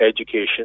education